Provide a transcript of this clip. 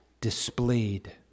displayed